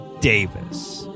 Davis